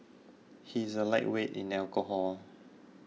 he is a lightweight in alcohol